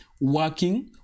Working